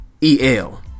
E-L